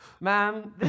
Man